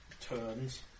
turns